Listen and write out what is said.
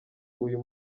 uyu